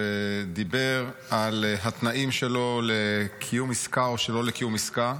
ודיבר על התנאים שלו לקיום עסקה או שלא לקיום עסקה.